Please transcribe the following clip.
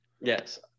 Yes